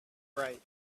right